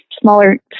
Smaller